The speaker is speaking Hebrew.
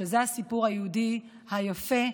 שזה הסיפור היהודי היפה,